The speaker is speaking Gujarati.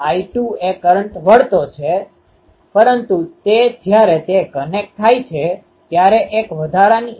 E અથવા કુલ એરે એન્ટેના પેટર્ન કંઈ નથી પરંતુ એરે પેટર્ન સાથેનો એલીમેન્ટ પેટર્નનો ગુણાકાર છે